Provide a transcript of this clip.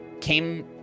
came